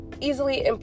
easily